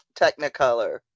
Technicolor